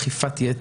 הייתה אכיפת יתר,